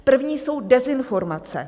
První jsou dezinformace.